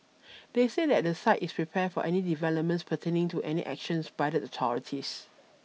they said that the site is prepared for any developments pertaining to any actions by the authorities